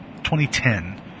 2010